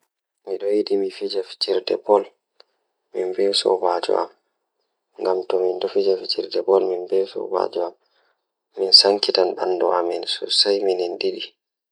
Mi njiddaade njogal baasi e haɓɓe, ko ndiyam njiddaade nguurndam ngam sabu rewɓe. Ko njiddaade njiddaade goɗɗo sabu rewɓe njiddaade